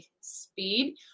Speed